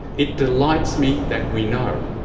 it delights me that we know.